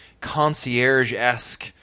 concierge-esque